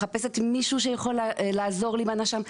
מחפשת מישהו שיכול לעזור לי בנש"מ,